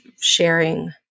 sharing